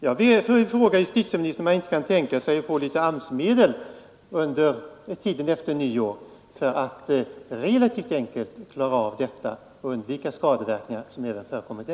Jag vill fråga justitieministern om han inte kan tänka sig att anhålla Torsdagen den om en del AMS-medel under tiden efter nyår för att relativt enkelt 16 november 1972 undvika skadeverkningarna på detta område.